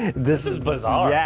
this is bizarre. yeah